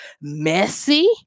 messy